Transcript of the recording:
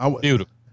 Beautiful